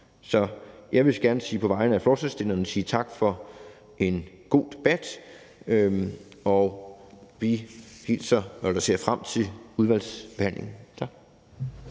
Så jeg vil gerne på vegne af forslagsstillerne sige tak for en god debat, og vi ser frem til udvalgsbehandlingen. Tak.